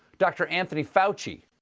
dr. anthony fauci.